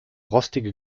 rostige